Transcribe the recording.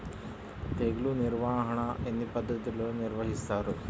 తెగులు నిర్వాహణ ఎన్ని పద్ధతులలో నిర్వహిస్తారు?